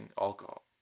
alcohol